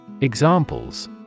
Examples